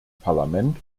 parlament